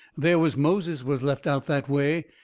there was moses was left out that way,